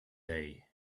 day